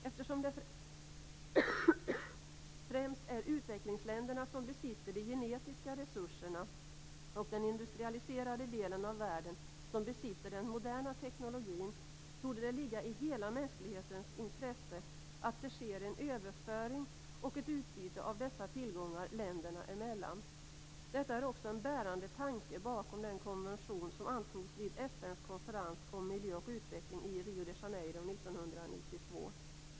Eftersom det främst är utvecklingsländerna som besitter de genetiska resurserna och den industrialiserade delen av världen den moderna teknologin, torde det ligga i hela mänsklighetens intresse att det sker en överföring och ett utbyte av dessa tillgångar länderna emellan. Detta är också en bärande tanke bakom den konvention som antogs vid FN:s konferens om miljö och utveckling i Rio de Janeiro 1992.